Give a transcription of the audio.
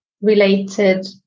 related